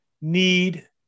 need